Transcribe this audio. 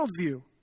worldview